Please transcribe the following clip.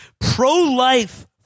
pro-life